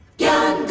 yeah.